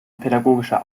pädagogische